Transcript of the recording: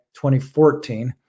2014